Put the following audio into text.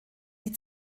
die